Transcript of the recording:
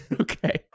Okay